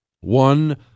One